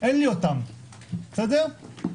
ולכן